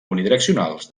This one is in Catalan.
unidireccionals